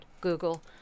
Google